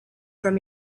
from